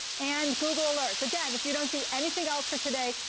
and google alerts. again, if you don't do anything else for today,